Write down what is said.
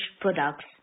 products